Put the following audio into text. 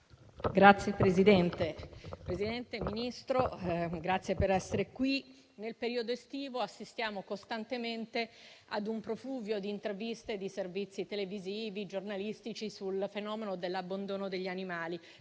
Signor Ministro, grazie per essere qui. Nel periodo estivo assistiamo costantemente a un profluvio di interviste, di servizi televisivi e giornalistici sul fenomeno dell'abbandono degli animali,